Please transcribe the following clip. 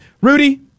Rudy